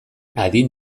adin